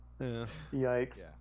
yikes